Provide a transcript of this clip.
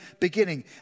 beginning